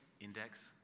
Index